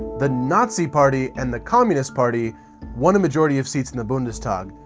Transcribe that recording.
the nazi party and the communist party won a majority of seats in the bundestag,